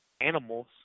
animals